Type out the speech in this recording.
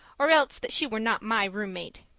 or else that she were not my room-mate.